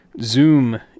Zoom